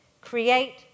Create